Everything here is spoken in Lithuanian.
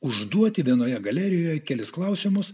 užduoti vienoje galerijoje kelis klausimus